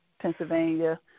Pennsylvania